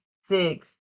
six